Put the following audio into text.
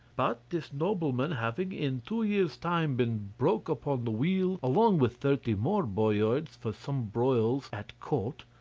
but this nobleman having in two years' time been broke upon the wheel along with thirty more boyards for some broils at court,